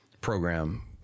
program